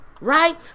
right